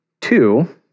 Two